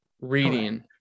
reading